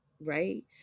Right